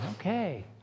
okay